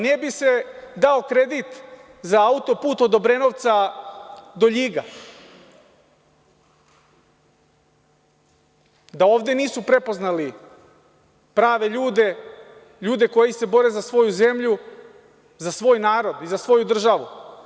Ne bi se dao kredit za autoput od Obrenovca do Ljiga da ovde nisu prepoznali prave ljudi, ljude koji se bore za svoju zemlju, za svoj narod i za svoju državu.